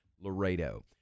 Laredo